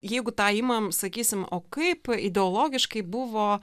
jeigu tą imam sakysim o kaip ideologiškai buvo